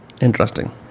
Interesting